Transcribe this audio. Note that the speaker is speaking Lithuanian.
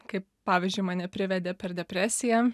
kaip pavyzdžiui mane privedė per depresiją